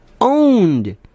owned